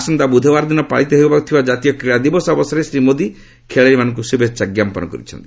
ଆସନ୍ତା ବୁଧବାର ଦିନ ପାଳିତ ହେବାକୁ ଥିବା ଜାତୀୟ କ୍ରୀଡ଼ା ଦିବସ ଅବସରରେ ଶ୍ରୀ ମୋଦି ଖେଳାଳି ମାନଙ୍କୁ ଶୁଭେଚ୍ଛା ଜ୍ଞାପନ କରିଛନ୍ତି